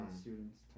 students